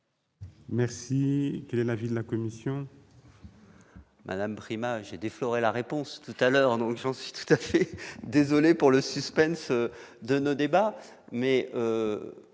fonds. Quel est l'avis de la commission ?